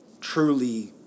truly-